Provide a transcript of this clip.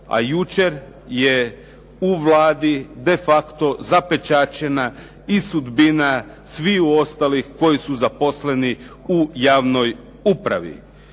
a jučer je u Vladi de facto zapečaćena i sudbina sviju ostalih koji su zaposleni u javnoj upravi.